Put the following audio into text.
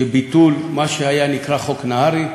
ביטול של מה שהיה נקרא "חוק נהרי",